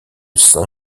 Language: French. saint